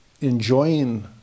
Enjoying